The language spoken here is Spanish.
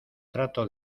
trato